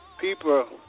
people